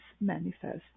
manifest